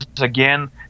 again